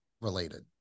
related